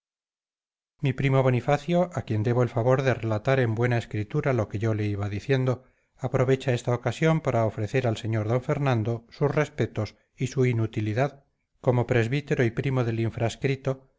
mi primo bonifacio a quien debo el favor de relatar en buena escritura lo que yo le iba diciendo aprovecha esta ocasión para ofrecer al sr d fernando sus respetos y su inutilidad como presbítero y primo del